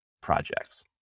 projects